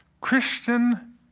Christian